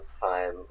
time